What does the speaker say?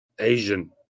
asian